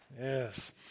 Yes